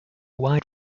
wide